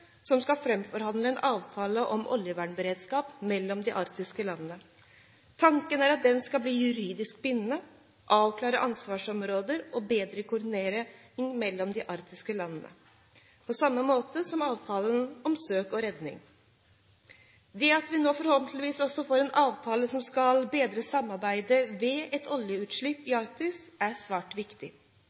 som skal framforhandle en avtale mellom de arktiske landene om oljevernberedskap. Tanken er at den skal bli juridisk bindende, avklare ansvarsområder og bedre koordineringen mellom de arktiske landene, på samme måte som avtalen om søk og redning. Det at vi nå forhåpentligvis også får en avtale som skal bedre samarbeidet ved et oljeutslipp i Arktis, er svært viktig.